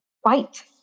white